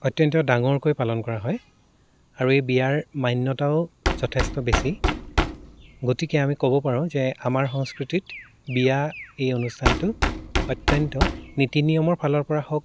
অত্যন্ত ডাঙৰকৈ পালন কৰা হয় আৰু এই বিয়াৰ মান্যতাও যথেষ্ট বেছি গতিকে আমি ক'ব পাৰোঁ যে আমাৰ সংস্কৃতিত বিয়া এই অনুষ্ঠানটো অত্যন্ত নীতি নিয়মৰ ফালৰ পৰা হওক